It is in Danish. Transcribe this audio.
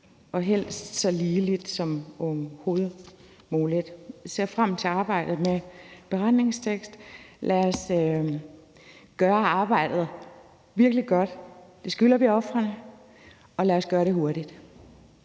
og helst så ligeligt som overhovedet muligt. Jeg ser frem til arbejdet med en beretningstekst. Lad os gøre arbejdet virkelig godt, det skylder vi ofrene, og lad os gøre det hurtigt.